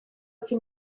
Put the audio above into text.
utzi